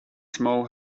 small